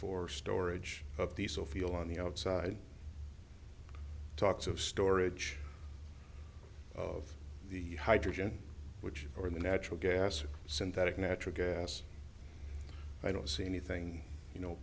for storage of these so feel on the outside talks of storage of the hydrogen which are in the natural gas synthetic natural gas i don't see anything you know